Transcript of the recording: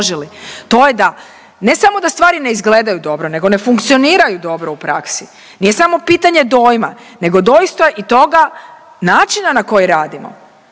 to je da, ne samo da stvari ne izgledaju dobro nego ne funkcioniraju dobro u praksi. Nije samo pitanje dojma nego doista i toga načina na koji radimo,